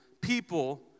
people